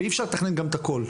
ואי אפשר לתכנן גם את הכל,